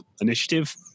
initiative